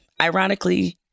ironically